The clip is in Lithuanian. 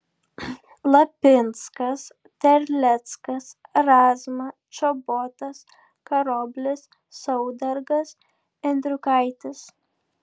lapinskas terleckas razma čobotas karoblis saudargas endriukaitis